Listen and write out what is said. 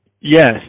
Yes